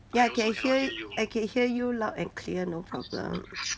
ya can hear you I can hear you loud and clear no problem